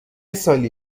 سالی